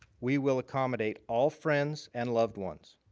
we will accommodate all friends and loved ones.